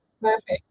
Perfect